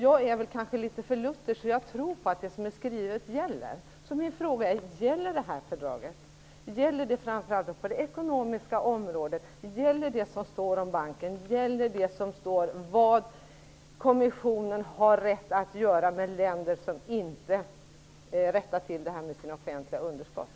Jag är väl litet för luthersk, så jag tror på att det som är skrivet gäller. Gäller alltså Maastrichtfördraget och då framför allt beträffande det ekonomiska området? Gäller det som står skrivet om banken? Gäller det som står skrivet om vad kommissionen har rätt att göra med länder som inte rättar till detta med offentliga underskott?